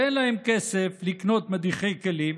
שאין להן כסף לקנות מדיחי כלים